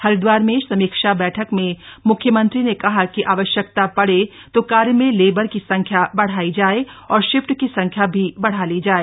हरिदवार में समीक्षा बैठक में मुख्यमंत्री ने कहा कि आवश्यकता पड़े तो कार्य में लेबर की संख्या बढ़ाई जाए और शिफ्ट की संख्या भी बढ़ा ली जाए